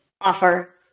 offer